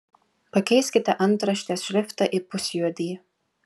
pakeiskite antraštės šriftą į pusjuodį